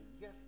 Yes